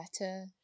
better